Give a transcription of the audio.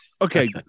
Okay